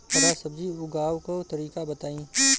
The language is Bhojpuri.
हरा सब्जी उगाव का तरीका बताई?